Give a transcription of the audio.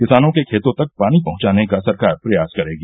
किसानों के खेतों तक पानी पहुंचाने का सरकार प्रयास करेगी